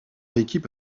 équipe